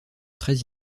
très